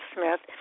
Smith